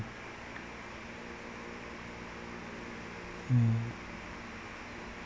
mm